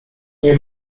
nie